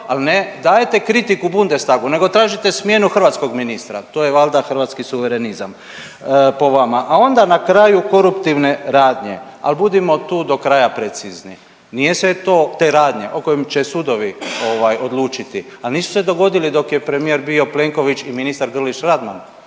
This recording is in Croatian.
ali ne dajete kritiku Bundestagu, nego tražite smjenu hrvatskog ministra. To je valjda hrvatski suverenizam po vama, a onda na kraju koruptivne radnje, ali budimo tu do kraja precizni. Nije se to, te radnje o kojem će sudovi ovaj odlučiti, ali nisu se dogodili dok je premijer bio Plenković i ministar Grlić Radman